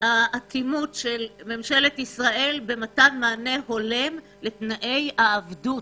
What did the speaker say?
האטימות של ממשלת ישראל במתן מענה הולם לתנאי העבדות,